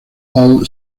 old